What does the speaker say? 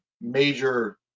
major